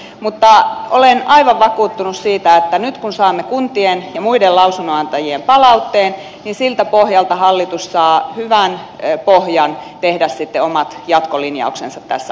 mutta olen aivan vakuuttunut siitä että nyt kun saamme kuntien ja muiden lausunnonantajien palautteen niin siltä pohjalta hallitus saa hyvän pohjan tehdä sitten omat jatkolinjauksensa tässä asiassa